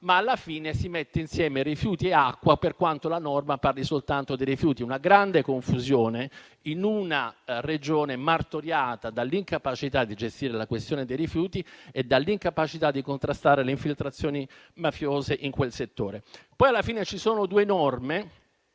e alla fine si mettono insieme rifiuti e acqua, per quanto la norma parli soltanto di rifiuti. Una grande confusione, in una Regione martoriata dall'incapacità di gestire la questione dei rifiuti e dall'incapacità di contrastare le infiltrazioni mafiose in quel settore. Alla fine ci sono due norme.